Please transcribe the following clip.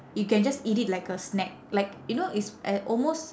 you can just eat it like a snack like you know it's a~ almost